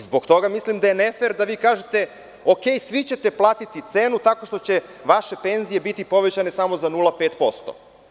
Zbog toga mislim da je ne fer da vi kažete – okej, svi ćete platiti cenu tako što će vaše penzije biti povećane samo za 0,5%